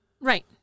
Right